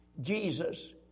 Jesus